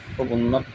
খুব উন্নত